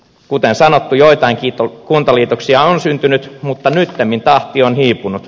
kuten sanottu joitain kuntaliitoksia on syntynyt mutta nyttemmin tahti on hiipunut